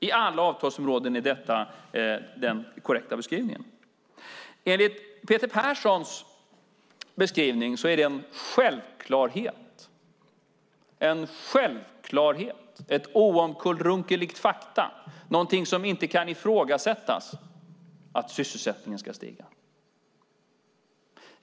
I alla avtalsområden är detta den korrekta beskrivningen. Enligt Peter Perssons beskrivning är det en självklarhet, ett oomkullrunkeligt faktum, någonting som inte kan ifrågasättas, att sysselsättningen ska stiga.